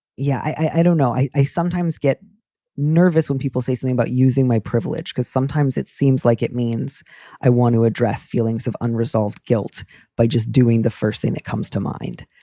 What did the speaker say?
yeah, i don't know. i i sometimes get nervous when people say something about using my privilege, because sometimes it seems like it means i want to address feelings of unresolved guilt by just doing the first thing that comes to mind.